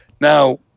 Now